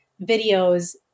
videos